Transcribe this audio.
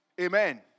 Amen